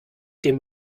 dem